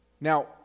Now